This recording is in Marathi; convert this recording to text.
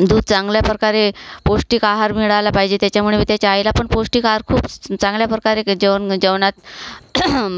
दूध चांगल्या प्रकारे पौष्टिक आहार मिळाला पाहिजे त्याच्यामुळे मी त्याच्या आईला पण पौष्टिक आहार खूप चांगल्या प्रकारे जेव जेवणात